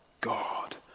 God